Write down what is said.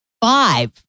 five